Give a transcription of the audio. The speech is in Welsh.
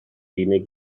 unig